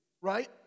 right